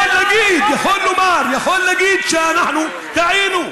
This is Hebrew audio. הוא יכול להגיד, יכול לומר: אנחנו טעינו.